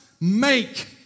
make